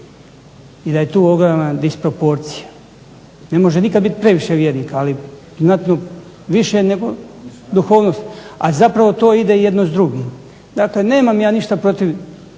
i da je tu ogromna disproporcija, ne može nikada biti previše vjernika ali ima više nego duhovnosti a zapravo to ide jedno s drugim. Nemam ja ništa protiv